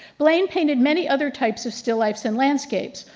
blaine painted many other types of still lifes and landscapes.